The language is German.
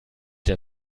der